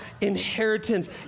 inheritance